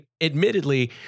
admittedly